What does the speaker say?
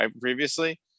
previously